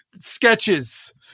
sketches